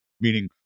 meaning